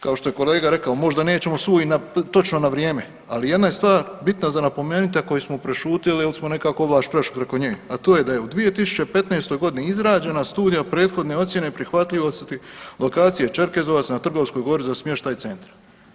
Kao što je kolega rekao, možda nećemo svu i na točno na vrijeme, ali jedna je stvar bitna za napomenuti, a koju smo prešutili jer smo nekako ovlaš prešli preko nje, a to je da je u 2015. g. izrađena studija prethodne ocjene prihvatljivosti lokacije Čerkezovac na Trgovskoj gori za smještaj centra.